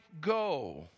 go